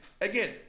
Again